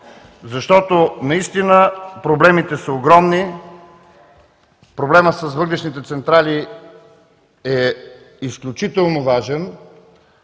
защото наистина проблемите са огромни. Проблемът с въглищните централи е изключително важен